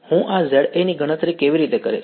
હું આ Za ની ગણતરી કેવી રીતે કરીશ